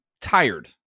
tired